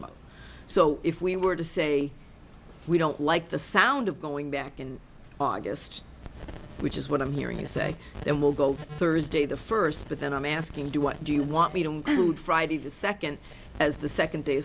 about so if we were to say we don't like the sound of going back in august which is what i'm hearing you say then we'll go thursday the first but then i'm asking do what do you want me to include friday the second as the second day